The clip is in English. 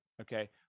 okay